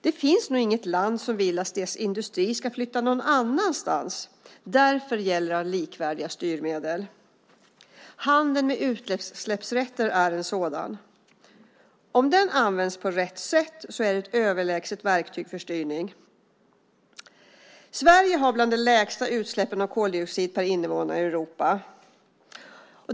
Det finns nog inget land som vill att deras industrier ska flytta någon annanstans. Därför gäller det att ha likvärdiga styrmedel. Handeln med utsläppsrätter är ett sådant styrmedel. Om den används på rätt sätt är den ett överlägset verktyg för styrning. Sverige har bland de lägsta utsläppen av koldioxid per invånare i Europa.